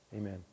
Amen